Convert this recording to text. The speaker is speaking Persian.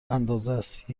اندازست